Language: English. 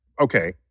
okay